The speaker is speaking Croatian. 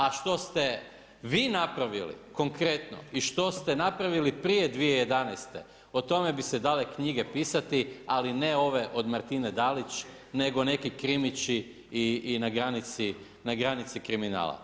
A što ste vi napravili konkretno i što ste napravili prije 2011. o tome bi se dale knjige pisati, ali ne ove od Martine Dalić, nego neki krimići i na granici kriminala.